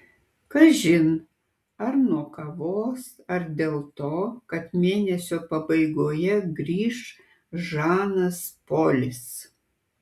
kažin ar nuo kavos ar dėl to kad mėnesio pabaigoje grįš žanas polis